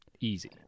easy